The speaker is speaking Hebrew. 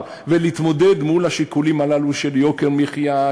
ולהתמודד מול השיקולים הללו של יוקר מחיה,